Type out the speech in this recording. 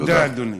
תודה, אדוני.